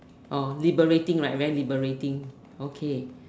oh liberating like very liberating